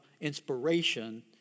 inspiration